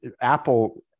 Apple